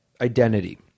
identity